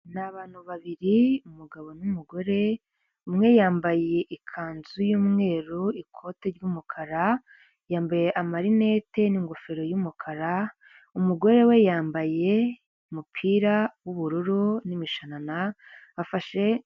Ni abantu babiri umugabo n'umugore umwe yambaye ikanzu y'umweru ikoti ry'umukara, yambaye amarinette n'ingofero y'umukara, umugore we yambaye umupira w'ubururu n'imishanana afashe,